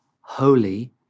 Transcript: holy